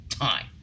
time